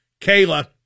Kayla